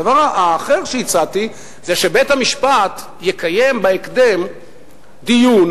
הדבר האחר שהצעתי זה שבית המשפט יקיים בהקדם דיון,